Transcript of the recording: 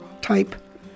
type